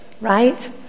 right